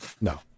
No